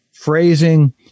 phrasing